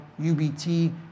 UBT